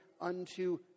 unto